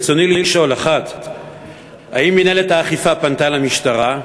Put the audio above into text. ברצוני לשאול: 1. האם מינהלת האכיפה פנתה למשטרה?